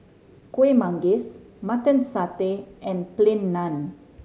Kuih Manggis Mutton Satay and Plain Naan